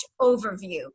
overview